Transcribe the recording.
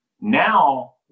Now